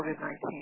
COVID-19